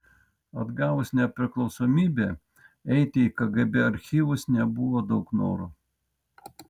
atgavus nepriklausomybę eiti į kgb archyvus nebuvo daug noro